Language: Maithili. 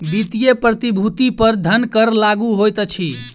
वित्तीय प्रतिभूति पर धन कर लागू होइत अछि